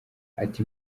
ati